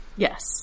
Yes